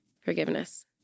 Forgiveness